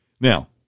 Now